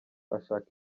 ashaka